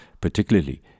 particularly